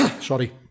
sorry